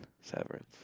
Severance